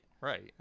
Right